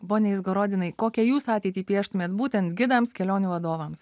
pone izgorodinai kokią jūs ateitį pieštumėt būtent gidams kelionių vadovams